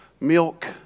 milk